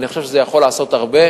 אני חושב שזה יכול לעשות הרבה.